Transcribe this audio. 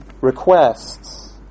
requests